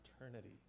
eternity